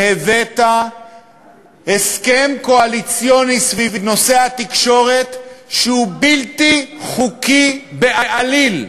והבאת הסכם קואליציוני סביב נושא התקשורת שהוא בלתי חוקי בעליל,